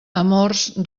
amors